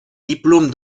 diplômes